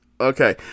okay